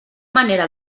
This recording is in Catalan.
manera